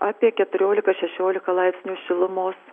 apie keturiolika šešiolika laipsnių šilumos